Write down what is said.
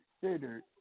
considered